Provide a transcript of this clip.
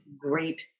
great